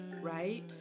right